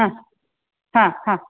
हां हां हां